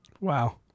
wow